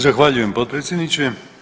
Zahvaljujem potpredsjedniče.